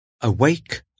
Awake